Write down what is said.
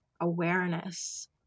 awareness